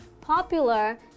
popular